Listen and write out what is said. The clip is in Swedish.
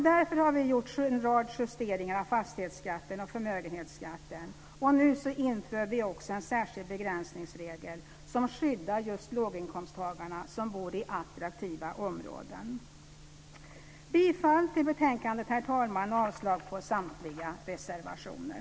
Därför har vi gjort en rad justeringar av fastighetsskatten och förmögenhetsskatten, och nu inför vi också en särskild begränsningsregel som skyddar just låginkomsttagare som bor i attraktiva områden. Herr talman! Jag yrkar bifall till förslaget i betänkandet och avslag på samtliga reservationer.